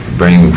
bring